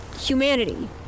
humanity